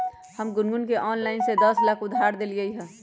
हम गुनगुण के ऑनलाइन से दस लाख उधार देलिअई ह